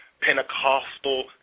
Pentecostal